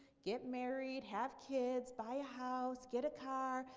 get married, have kids, buy a house, get a car,